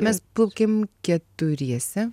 mes plaukėm keturiese